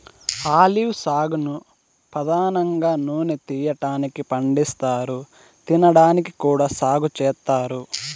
olive సాగును పధానంగా నూనె తీయటానికి పండిస్తారు, తినడానికి కూడా సాగు చేత్తారు